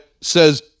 says